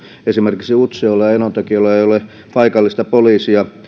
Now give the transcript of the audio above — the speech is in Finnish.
esimerkiksi utsjoella ja enontekiöllä ei ole paikallista poliisia